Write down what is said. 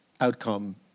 outcome